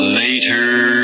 later